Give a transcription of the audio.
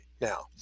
Now